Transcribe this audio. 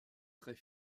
très